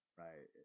right